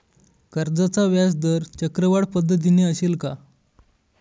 कर्जाचा व्याजदर चक्रवाढ पद्धतीने असेल का?